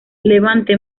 levante